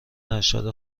ارشد